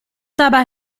dabei